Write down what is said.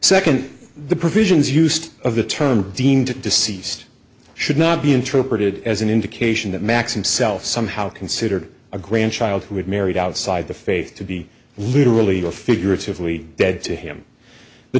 second the provisions used of the term deemed to deceased should not be introverted as an indication that maxim self somehow considered a grandchild who had married outside the faith to be literally or figuratively dead to him the